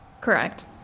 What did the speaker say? Correct